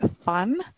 fun